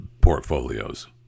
portfolios